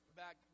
back